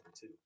two